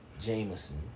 Jameson